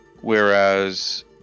whereas